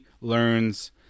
learns